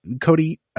Cody